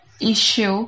issue